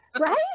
Right